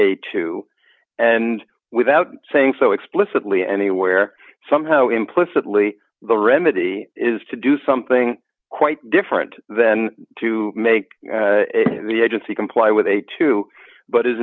a two and without saying so explicitly anywhere somehow implicitly the remedy is to do something quite different than to make the agency comply with a two but is